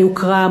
היוקרה,